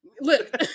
look